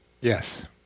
Yes